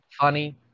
funny